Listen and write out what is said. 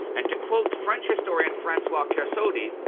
and to quote french historian francois kersaudy,